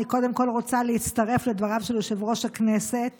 אני קודם כול רוצה להצטרף לדבריו של יושב-ראש הכנסת